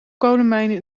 kolenmijnen